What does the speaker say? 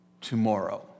tomorrow